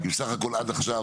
בסך הכול עד עכשיו